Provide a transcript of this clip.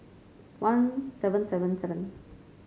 one seven seven seven